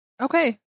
Okay